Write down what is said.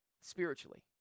spiritually